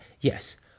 yes